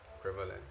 Prevalent